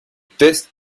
teste